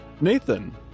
Nathan